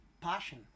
passion